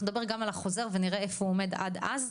אנחנו נדבר גם על החוזר ואנחנו נראה איפה הוא עומד עד אז,